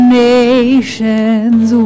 nations